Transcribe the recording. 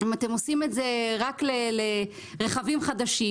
אם אתם עושים את זה רק לרכבים חדשים,